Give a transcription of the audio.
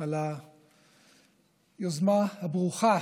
על היוזמה הברוכה,